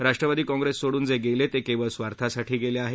Rashtrawadi Congress सोडून जे गेले ते केवळ स्वार्थासाठी गेले आहेत